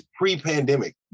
pre-pandemic